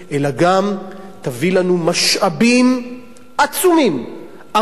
אלא גם יביאו לנו משאבים עצומים הרבה